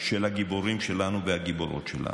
של הגיבורים שלנו והגיבורות שלנו.